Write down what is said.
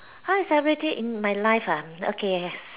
how's everything in my life ah okay